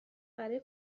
برای